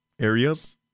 Areas